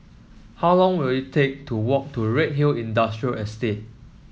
how long will it take to walk to Redhill Industrial Estate